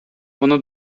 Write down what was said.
воно